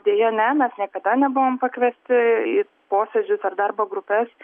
deja ne mes niekada nebuvom pakviesti į posėdžius ar darbo grupes